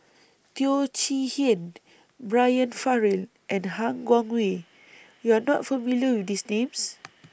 Teo Chee Hean Brian Farrell and Han Guangwei YOU Are not familiar with These Names